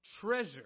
treasure